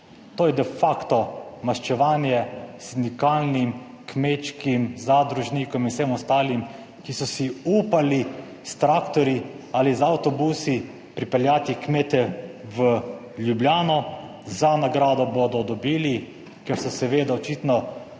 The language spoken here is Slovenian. To je de facto maščevanje sindikalnim kmečkim, zadružnikom in vsem ostalim, ki so si upali s traktorji ali z avtobusi pripeljati kmete v Ljubljano. Za nagrado bodo dobili, ker so seveda očitno